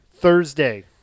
thursday